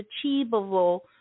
achievable